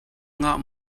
ngah